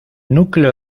núcleo